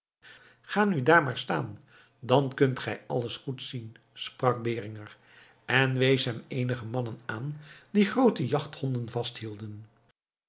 ga nu daar maar staan dan kunt gij alles goed zien sprak beringer en wees hem eenige mannen aan die groote jachthonden